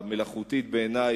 המלאכותית בעיני,